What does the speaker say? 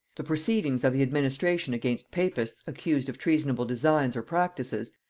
the proceedings of the administration against papists accused of treasonable designs or practices,